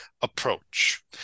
approach